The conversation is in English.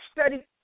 studied